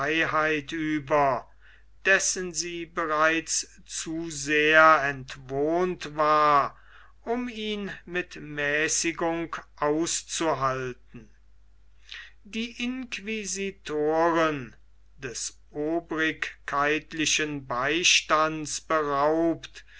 über dessen sie bereits zu sehr entwohnt war um ihn mit mäßigung auszuhalten die inquisitoren des obrigkeitlichen beistands beraubt